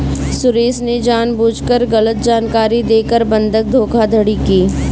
सुरेश ने जानबूझकर गलत जानकारी देकर बंधक धोखाधड़ी की